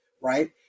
right